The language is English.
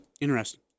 Interesting